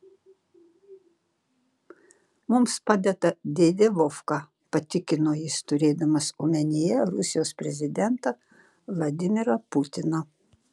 mums padeda dėdė vovka patikino jis turėdamas omenyje rusijos prezidentą vladimirą putiną